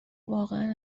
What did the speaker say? واقعا